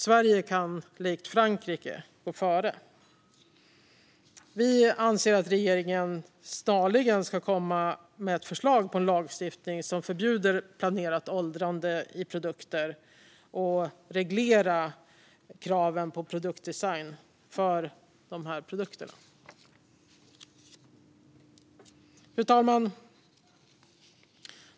Sverige kan, likt Frankrike, gå före. Vi anser att regeringen snarligen ska komma med ett förslag på en lagstiftning som förbjuder planerat åldrande av produkter och reglera kraven på produktdesign för dessa produkter. Fru talman!